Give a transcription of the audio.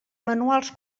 manuals